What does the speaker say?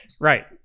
Right